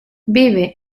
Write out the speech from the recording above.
vive